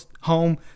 home